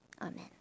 Amen